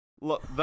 Look